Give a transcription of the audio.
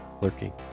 lurking